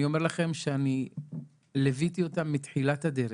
אני אומר לכם שאני ליוויתי אותם מתחילת הדרך,